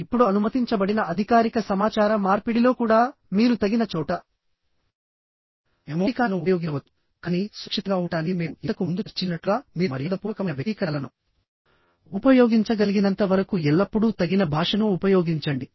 ఇప్పుడు అనుమతించబడిన అధికారిక సమాచార మార్పిడిలో కూడా మీరు తగిన చోట ఎమోటికాన్లను ఉపయోగించవచ్చు కానీ సురక్షితంగా ఉండటానికి మేము ఇంతకు ముందు చర్చించినట్లుగా మీరు మర్యాదపూర్వకమైన వ్యక్తీకరణలను ఉపయోగించగలిగినంత వరకు ఎల్లప్పుడూ తగిన భాషను ఉపయోగించండి